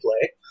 play